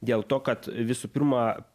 dėl to kad visų pirma